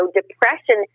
depression